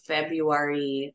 February